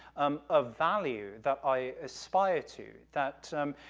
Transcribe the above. um, a value that i aspire to, that, um,